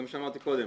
כפי שאמרתי קודם,